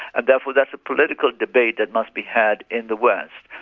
and therefore that's a political debate that must be had in the west.